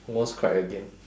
almost cried again